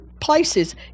places